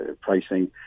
pricing